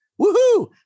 Woohoo